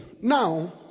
Now